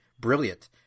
brilliant